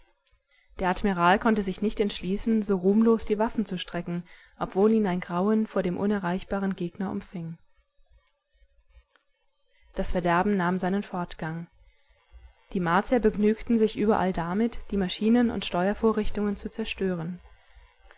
der admiral konnte sich nicht entschließen so ruhmlos die waffen zu strecken obwohl ihn ein grauen vor dem unerreichbaren gegner umfing das verderben nahm seinen fortgang die martier begnügten sich überall damit die maschinen und steuervorrichtungen zu zerstören